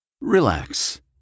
Relax